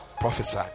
prophesy